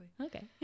okay